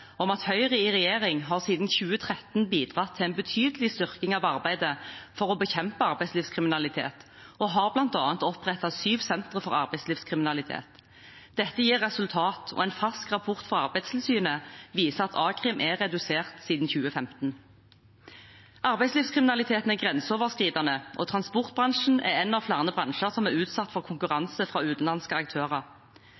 om at Høyre i regjering siden 2013 har bidratt til en betydelig styrking av arbeidet for å bekjempe arbeidslivskriminalitet og bl.a. opprettet syv sentre for arbeidslivskriminalitet. Dette gir resultater, og en fersk rapport fra Arbeidstilsynet viser at a-krim er redusert siden 2015. Arbeidslivskriminaliteten er grenseoverskridende, og transportbransjen er én av flere bransjer som er utsatt for